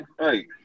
right